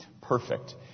perfect